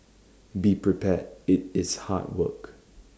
be prepared IT is hard work